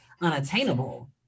unattainable